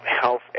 health